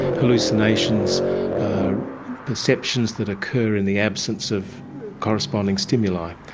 hallucinations are perceptions that occur in the absence of corresponding stimuli.